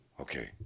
Okay